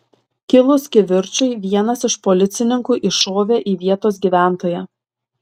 kilus kivirčui vienas iš policininkų iššovė į vietos gyventoją